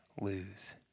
lose